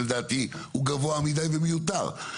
לדעתי הוא גבוה מדי ומיותר.